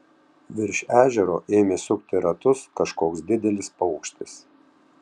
virš ežero ėmė sukti ratus kažkoks didelis paukštis